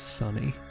sunny